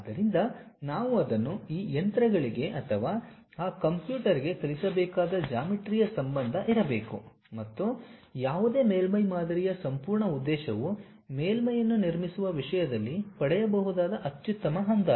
ಆದ್ದರಿಂದ ನಾವು ಅದನ್ನು ಈ ಯಂತ್ರಗಳಿಗೆ ಅಥವಾ ಆ ಕಂಪ್ಯೂಟರ್ಗೆ ಕಲಿಸಬೇಕಾದ ಜಾಮಿಟ್ರಿಯ ಸಂಬಂಧ ಇರಬೇಕು ಮತ್ತು ಯಾವುದೇ ಮೇಲ್ಮೈ ಮಾದರಿಯ ಸಂಪೂರ್ಣ ಉದ್ದೇಶವು ಮೇಲ್ಮೈಯನ್ನು ನಿರ್ಮಿಸುವ ವಿಷಯದಲ್ಲಿ ಪಡೆಯಬಹುದಾದ ಅತ್ಯುತ್ತಮ ಅಂದಾಜು